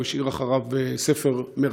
והוא השאיר אחריו ספר מרתק,